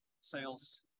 sales